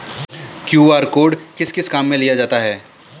QR code किस किस काम में लिया जाता है?